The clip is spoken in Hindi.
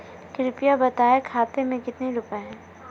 कृपया बताएं खाते में कितने रुपए हैं?